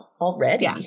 already